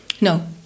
No